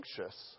anxious